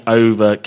over